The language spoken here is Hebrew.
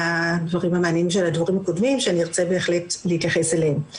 הדברים המעניינים של הדוברים הקודמים שארצה להתייחס אליהם.